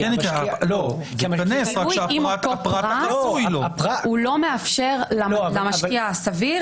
אם אותו פרט הוא לא מאפשר למשקיע הסביר